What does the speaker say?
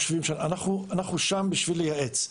אנחנו שם בשביל לייעץ.